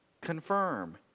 confirm